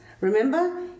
Remember